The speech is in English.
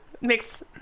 Mix